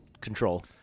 control